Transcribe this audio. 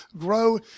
grow